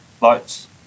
lights